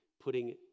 putting